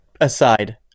aside